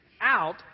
out